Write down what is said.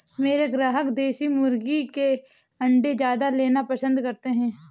मेरे ग्राहक देसी मुर्गी के अंडे ज्यादा लेना पसंद करते हैं